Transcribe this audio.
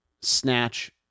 snatch